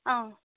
ஆ